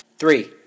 Three